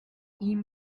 ihm